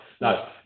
no